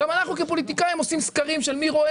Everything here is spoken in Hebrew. גם אנחנו כפוליטיקאים עושים סקרים של מי רואה